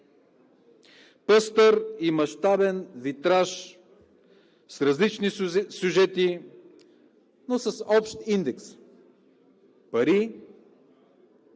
пъстър и мащабен витраж с различни сюжети, но с общ индекс – пари,